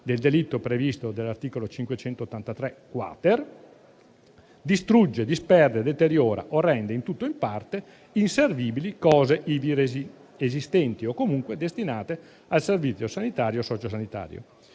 del delitto previsto dall'articolo 583-*quater*, distrugge, disperde, deteriora o rende in tutto o in parte inservibili cose ivi esistenti, o comunque destinate al servizio sanitario o socio-sanitario.